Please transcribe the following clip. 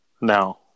No